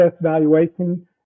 valuation